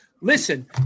Listen